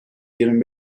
yirmi